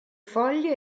foglie